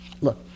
Look